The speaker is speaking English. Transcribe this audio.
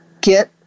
get